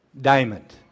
diamond